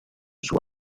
suo